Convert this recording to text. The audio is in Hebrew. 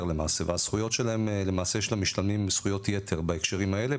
למעשה והזכויות שלהם למעשה של המשתלמים יש זכויות יתר בהקשרים האלה,